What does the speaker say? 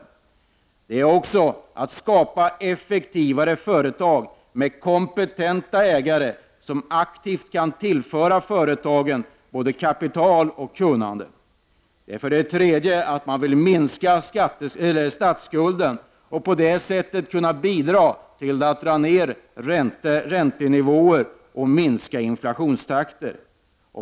För det andra behöver vi skapa effektivare företag med kompetenta ägare, som aktivt kan tillföra företagen både kapital och kunnande. För det tredje vill man minska statsskulden och på det sättet bidra till att dra ned räntenivåer och minska inflationstakter.